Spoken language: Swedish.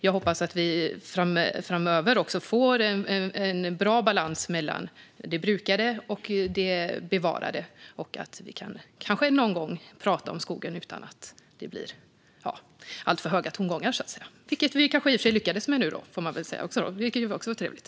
Jag hoppas att vi framöver får en bra balans mellan det brukade och det bevarade. Jag hoppas också att vi kanske någon gång kan prata om skogen utan att det blir alltför höga tongångar. Det lyckades vi kanske i och för sig med nu, får man väl säga, vilket är trevligt.